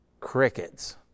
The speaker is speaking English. crickets